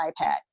iPad